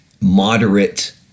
moderate